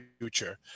future